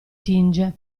tinge